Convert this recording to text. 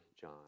John